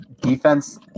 defense